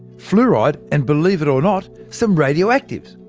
fluoride, and believe it or not, some radioactive